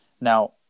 Now